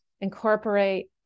incorporate